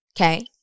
Okay